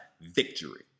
victory